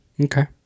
okay